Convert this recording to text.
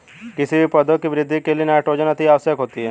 किसी भी पौधे की वृद्धि के लिए नाइट्रोजन अति आवश्यक होता है